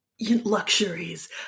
Luxuries